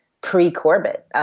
pre-Corbett